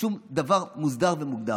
שום דבר מוסדר ומוגדר.